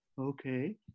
Okay